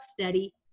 steady